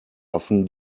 often